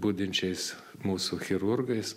budinčiais mūsų chirurgais